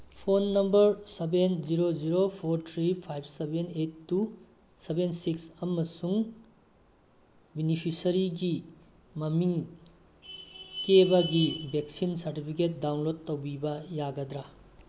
phone number seven zero zero four three five seven eight two seven six ꯑꯃꯁꯨꯡ ꯕꯦꯅꯤꯐꯤꯁꯔꯤꯒꯤ ꯃꯃꯤꯡ ꯀꯦꯕꯒꯤ vaccine certificate download ꯇꯧꯕꯤꯕ ꯌꯥꯒꯗ꯭ꯔꯥ